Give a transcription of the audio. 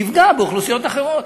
תפגע באוכלוסיות אחרות.